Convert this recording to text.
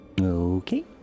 Okay